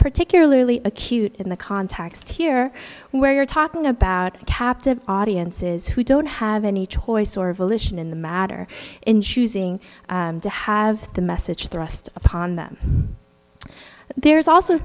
particularly acute in the context here where you're talking about captive audiences who don't have any choice or volition in the matter in choosing to have the message the rust upon them there's also